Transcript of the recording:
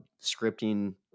scripting